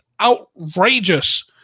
outrageous